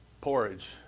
porridge